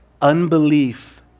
unbelief